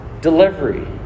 Delivery